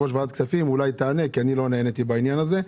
ראש ועדת הכספים כי אני לא נעניתי בנושא הזה.